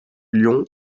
lyon